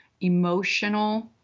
emotional